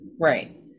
Right